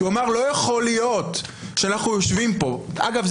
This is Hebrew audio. כי הוא אמר: לא יכול להיות שאנחנו יושבים פה אגב,